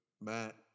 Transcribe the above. Matt